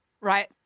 Right